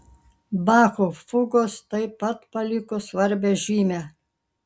bacho fugos taip pat paliko svarbią žymę